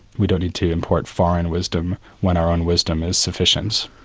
we don't need to import foreign wisdom when our own wisdom is sufficient.